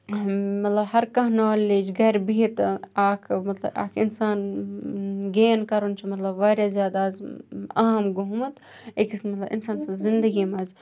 مطلب ہرکانٛہہ نالیج گَرِ بِہِتھ اَکھ مطلب اَکھ اِنسان گین کَرُن چھُ مطلب واریاہ زیادٕ اَز عام گوٚمُت أکِس مطلب اِنسان سٕنٛز زندگی منٛز